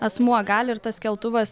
asmuo gali ir tas keltuvas